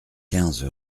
quinze